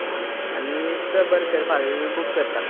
आ आनी च बरें तर फाल्ल बूक करता